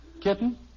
Kitten